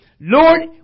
Lord